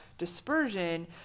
dispersion